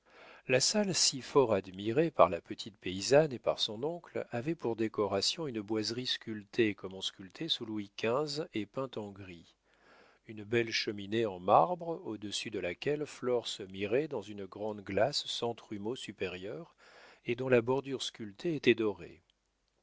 la salle si fort admirée par la petite paysanne et par son oncle avait pour décoration une boiserie sculptée comme on sculptait sous louis xv et peinte en gris une belle cheminée en marbre au-dessus de laquelle flore se mirait dans une grande glace sans trumeau supérieur et dont la bordure sculptée était dorée